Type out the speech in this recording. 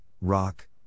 rock